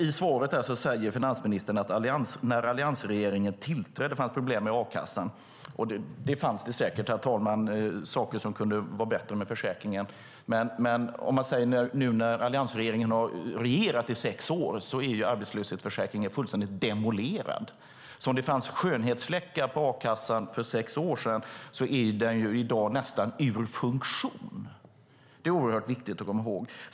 I svaret säger finansministern att det när alliansregeringen tillträdde fanns problem med a-kassan. Det fanns säkert saker som kunde ha varit bättre, herr talman, men nu när regeringen har regerat i sex år är arbetslöshetsförsäkringen fullständigt demolerad. Fanns det skönhetsfläckar på a-kassan för sex år sedan är den i dag nästan ur funktion. Det är viktigt att komma ihåg.